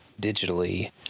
digitally